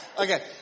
Okay